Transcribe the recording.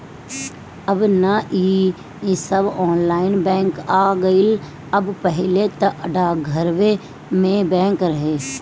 अब नअ इ सब ऑनलाइन बैंक आ गईल बा पहिले तअ डाकघरवे में बैंक रहे